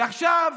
ועכשיו,